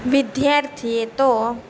વિદ્યાર્થીએ તો